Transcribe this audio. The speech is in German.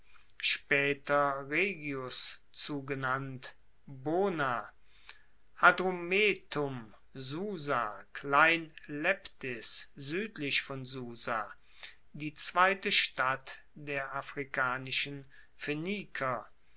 hadrumetum susa klein leptis suedlich von susa die zweite stadt der afrikanischen